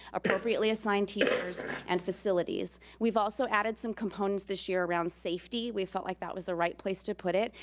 appropriately assigned teachers and facilities. we've also added some components this year around safety. we felt like that was the right place to put it,